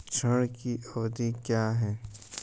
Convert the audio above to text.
ऋण की अवधि क्या है?